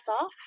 off